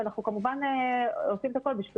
ואנחנו כמובן עושים את הכול בשיתוף